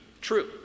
True